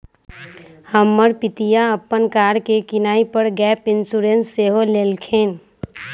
हमर पितिया अप्पन कार के किनाइ पर गैप इंश्योरेंस सेहो लेलखिन्ह्